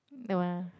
no ah